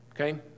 Okay